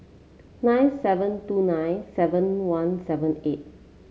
nine seven two nine seven one seven eight